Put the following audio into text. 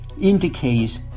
indicates